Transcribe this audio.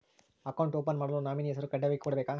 Account open ಮಾಡಲು nominee ಹೆಸರು ಕಡ್ಡಾಯವಾಗಿ ಕೊಡಬೇಕಾ?